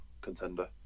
contender